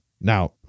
now